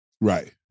Right